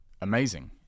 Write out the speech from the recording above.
Amazing